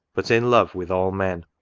but in love, with all men.